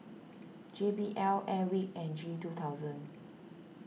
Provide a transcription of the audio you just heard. J B L Airwick and G two thousand